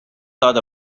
thought